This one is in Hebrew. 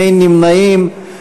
אין יותר רמיסת דמוקרטיה.